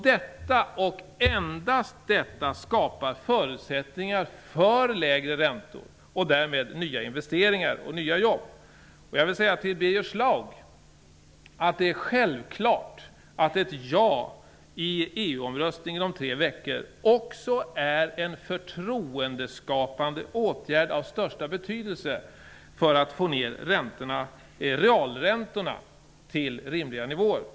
Detta - och endast detta - skapar förutsättningar för lägre räntor och därmed nya investeringar och nya jobb. Jag vill säga till Birger Schlaug att det är självklart att ett ja i EU-omröstningen om tre veckor också är en förtroendeskapande åtgärd av största betydelse för att få ner realräntorna till rimliga nivåer.